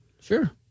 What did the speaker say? Sure